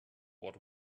what